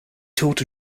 taught